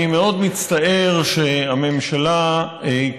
אני מאוד מצטער שהממשלה, כרגיל,